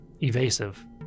evasive